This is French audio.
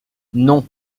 non